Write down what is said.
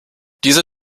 diese